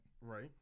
Right